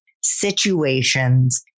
situations